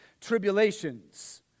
tribulations